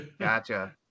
Gotcha